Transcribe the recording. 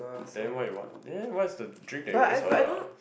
then what you want then what is the drink that you always order ah